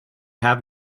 have